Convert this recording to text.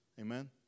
Amen